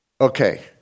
Okay